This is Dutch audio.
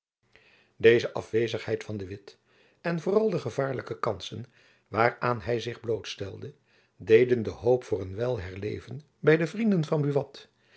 deze afwezigheid van de witt en vooral de gevaarlijke kansen waaraan hy zich blootstelde deden de hoop voor een wijl herleven by de vrienden van buat